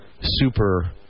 super